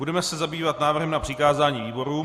Budeme se zabývat návrhem na přikázání výborům.